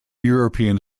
european